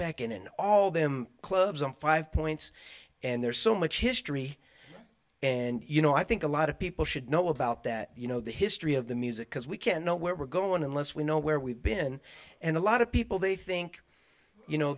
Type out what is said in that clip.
back in all them clubs in five points and there's so much history and you know i think a lot of people should know about that you know the history of the music because we can't know where we're going unless we know where we've been and a lot of people they think you know